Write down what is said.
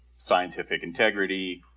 scientific integrity,